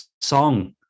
song